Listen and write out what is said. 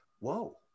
whoa